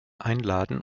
einladen